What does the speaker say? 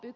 ään